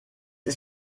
ist